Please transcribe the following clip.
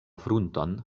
frunton